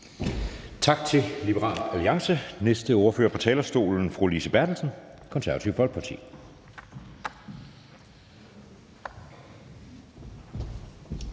Tak til Liberal Alliance. Dem næste ordfører på talerstolen er fru Lise Bertelsen, Det Konservative Folkeparti.